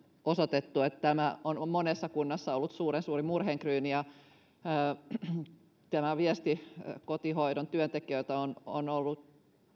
osoitettu tämä on monessa kunnassa ollut suuren suuri murheenkryyni tämä viesti kotihoidon työntekijöiltä on on ollut